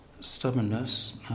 stubbornness